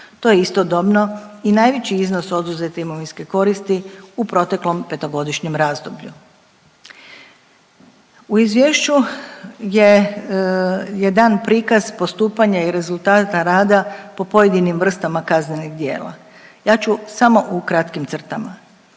To je istodobno i najveći iznos oduzete imovinske koristi u proteklom petogodišnjem razdoblju. U izvješću je, je dan prikaz postupanja i rezultata rada po pojedinim vrstama kaznenih djela. Ja ću samo u kratkim crtama.